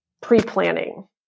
pre-planning